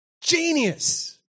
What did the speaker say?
genius